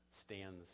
Stands